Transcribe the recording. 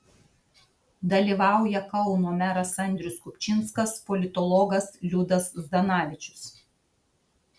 dalyvauja kauno meras andrius kupčinskas politologas liudas zdanavičius